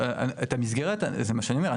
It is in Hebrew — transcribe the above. את המסגרת, זה מה שאני אומר.